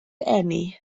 eni